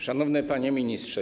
Szanowny Panie Ministrze!